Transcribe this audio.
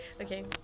okay